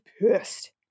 pissed